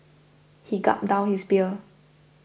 he gulped down his beer